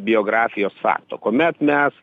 biografijos fakto kuomet mes